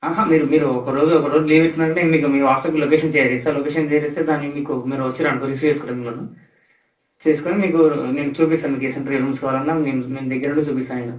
మీరు మీరు ఒకరోజు ఒకరోజు లీవ్ పెట్టుకున్నారు అంటే నేను మీకు వాట్సాప్లో లొకేషన్ షేర్ చేస్తా లొకేషన్ షేర్ చేస్తే దాన్ని మీకు మీరు వచ్చిర్రు అనుకుర్రి రిసీవ్ చేసుకుంటా మిమ్మల్ని చేసుకొని మీకు నేను నేను చూపిస్తా మీకు ఏసువంటి రూమ్స్ కావాలన్నా నేన్ నేను దగ్గరుండి చూపిస్తా నేను